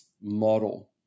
model